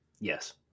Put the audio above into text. yes